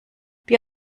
bier